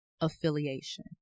affiliation